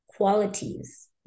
qualities